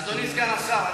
אדוני סגן השר,